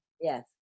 Yes